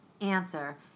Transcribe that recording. Answer